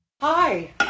Hi